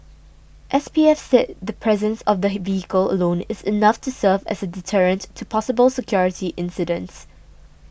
S P F said the presence of the vehicle alone is enough to serve as a deterrent to possible security incidents